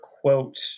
quote